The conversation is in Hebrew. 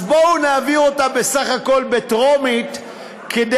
אז בואו נעביר אותה בסך הכול בטרומית כדי